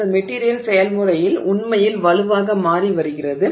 அந்த மெட்டிரியல் செயல்முறையில் உண்மையில் வலுவாக மாறி வருகிறது